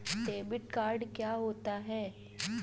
Debit card क्या होता है?